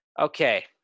Okay